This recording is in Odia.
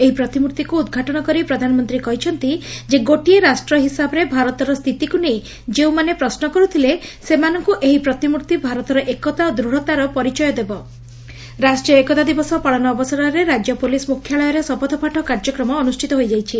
ଏହି ପ୍ରତିମୂର୍ଭିକୁ ଉଦ୍ଘାଟନ କରି ପ୍ରଧାନମନ୍ତୀ କହିଛନ୍ତି ଯେ ଗୋଟିଏ ରାଷ୍ଟ ହିସାବରେ ଭାରତର ସ୍ବିତିକୁ ନେଇ ଯେଉଁମାନେ ପ୍ରଶ୍ମ କରୁଥିଲେ ସେମାନଙ୍କୁ ଏହି ପ୍ରତିମୂର୍ତି ଭାରତର ଏକତା ଓ ଦୂତ୍ତାର ପରିଚୟ ଦେବ ରାଷ୍ଟ୍ରୀୟ ଏକତା ଦିବସ ପାଳନ ଅବସରରେ ରାଜ୍ୟ ପୁଲିସ୍ ମୁଖ୍ୟାଳୟରେ ଶପଥପାଠ କାର୍ଯ୍ୟକ୍ରମ ଅନୁଷ୍ଠିତ ହୋଇଛି